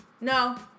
No